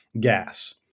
gas